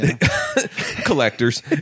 Collectors